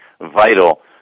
vital